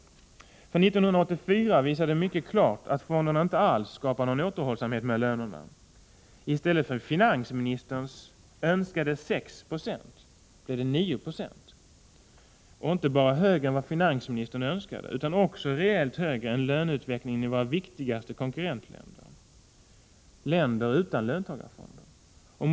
1984 visade mycket klart att fonderna inte alls skapade någon återhållsamhet i fråga om lönerna. I stället för av finansministern önskade 6 90 blev det 9 0. Det var inte bara högre än finansministern önskade, utan också rejält högre än löneutvecklingen i våra viktigaste konkurrentländer — länder utan löntagarfonder.